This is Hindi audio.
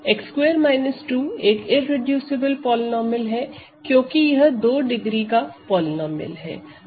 x2 2 एक इररेडूसिबल पॉलीनोमिअल है क्योंकि यह 2 डिग्री का पॉलीनोमिअल है